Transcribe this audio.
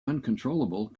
uncontrollable